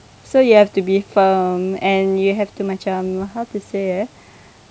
so you have to be firm and you have to macam how to say